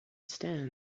stands